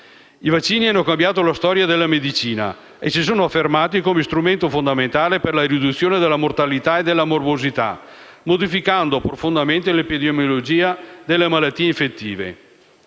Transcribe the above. I vaccini hanno cambiato la storia della medicina e si sono affermati come strumento fondamentale per la riduzione della mortalità e della morbosità, modificando profondamente l'epidemiologia delle malattie infettive.